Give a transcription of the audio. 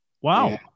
Wow